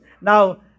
Now